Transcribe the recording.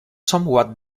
somewhat